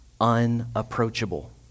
unapproachable